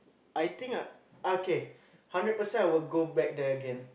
I think I okay hundred percent I will go back there again